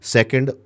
Second